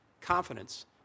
confidence